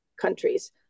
countries